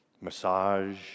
Massage